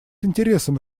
интересом